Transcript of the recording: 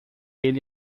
ele